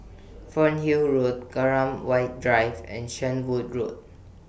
Fernhill Road Graham White Drive and Shenvood Road